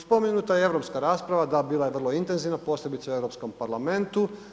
Spomenuta je europska rasprava, da, bila je vrlo intenzivna, posebice u EU parlamentu.